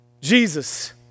Jesus